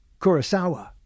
Kurosawa